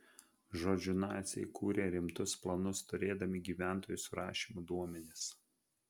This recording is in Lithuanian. žodžiu naciai kūrė rimtus planus turėdami gyventojų surašymo duomenis